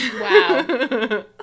Wow